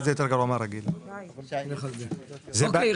רוויזיה על הסתייגות מספר 4. מי בעד קבלת הרוויזיה?